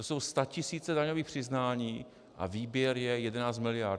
To jsou statisíce daňových přiznání a výběr je 11 miliard.